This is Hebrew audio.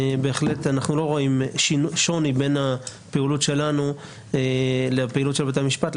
אנחנו לא רואים שוני בין הפעילות שלנו לבין הפעילות של בתי המשפט.